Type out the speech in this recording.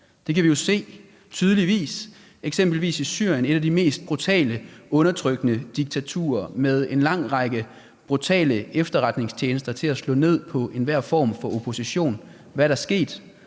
Det kan vi jo tydeligt se, eksempelvis i Syrien, et af de mest brutale og undertrykkende diktaturer med en lang række brutale efterretningstjenester til at slå ned på enhver form for opposition. Hvad er der sket?